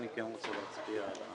אתה לא רוצה להצביע עליה אז